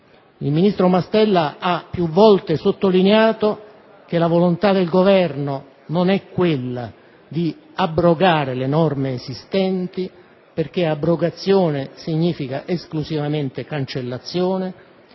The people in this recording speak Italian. Il ministro Mastella ha più volte sottolineato che la volontà del Governo non è quella di abrogare una parte delle norme esistenti, perché abrogazione significa esclusivamente cancellazione,